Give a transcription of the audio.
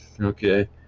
okay